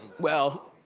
well,